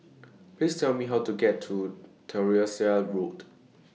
Please Tell Me How to get to Tyersall Road